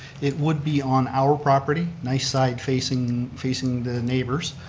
it would be on our property, nice side facing facing the neighbors.